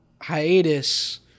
hiatus